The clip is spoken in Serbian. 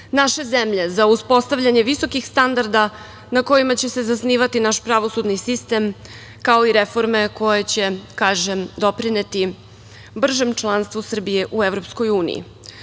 naše zemlje, za uspostavljanje visokih standarda na kojima će se zasnivati naš pravosudni sistem, kao i reforme koje će, kažem, doprineti bržem članstvu Srbije u